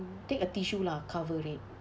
mm take a tissue lah cover it